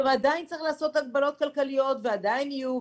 עדיין צריך לעשות הגבלות כלכליות ועדיין יהיו,